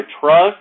trust